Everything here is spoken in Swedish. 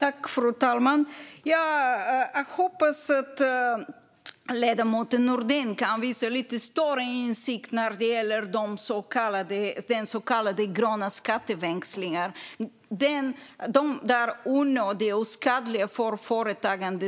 Fru talman! Jag hoppas att ledamoten Nordin kan visa lite större insikt när det gäller så kallade gröna skatteväxlingar - de där skatterna som är onödiga och skadliga för företagande.